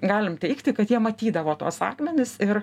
galim teigti kad jie matydavo tuos akmenis ir